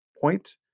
point